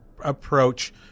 approach